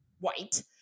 white